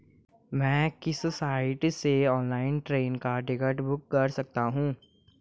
मैं किस साइट से ऑनलाइन ट्रेन का टिकट बुक कर सकता हूँ?